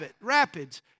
rapids